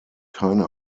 keine